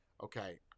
Okay